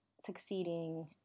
succeeding